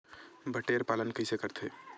बटेर पालन कइसे करथे?